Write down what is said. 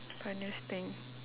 funniest thing